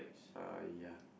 uh ya